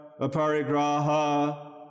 aparigraha